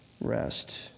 rest